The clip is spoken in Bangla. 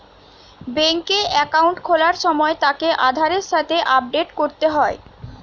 বেংকে একাউন্ট খোলার সময় তাকে আধারের সাথে আপডেট করতে হয়